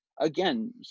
again